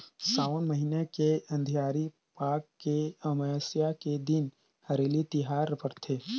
सावन महिना के अंधियारी पाख के अमावस्या के दिन हरेली तिहार परथे